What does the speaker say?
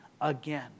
again